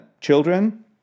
children